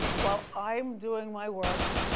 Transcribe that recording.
while i'm doing my work